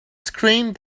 screamed